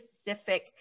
specific